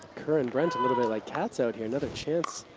kerr and brent a little bit like cats out here. another chance,